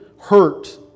hurt